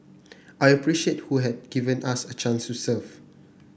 I appreciate who have given us a chance to serve